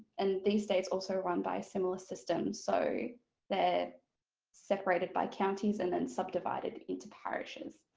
and these days also run by a similar system so they're separated by counties and then subdivided into parishes.